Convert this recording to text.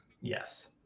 Yes